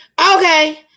Okay